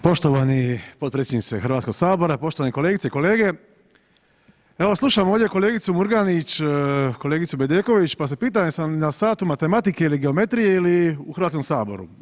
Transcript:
Poštovani potpredsjedniče Hrvatskog sabora, poštovane kolegice i kolege, evo slušam ovdje kolegicu Murganić, kolegicu Bedeković, pa se pitam jesam na satu matematike ili geometrije ili u Hrvatskom saboru.